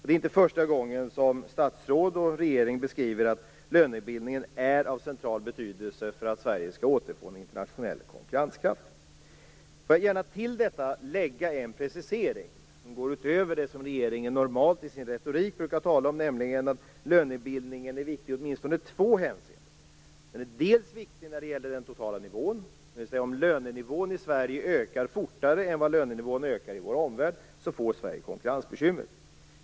Det är inte första gången som statsråd och regering beskriver att lönebildningen är av central betydelse för att Sverige skall återfå en internationell konkurrenskraft. Jag vill gärna till detta lägga en precisering som går utöver det som regeringen normalt i sin retorik brukar tala om, nämligen att lönebildningen är viktig i åtminstone två hänseenden. Det första är att den är viktig när det gäller den totala nivån. Om lönenivån i Sverige ökar fortare än vad lönenivån ökar i vår omvärld, får Sverige konkurrensbekymmer.